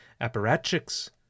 apparatchiks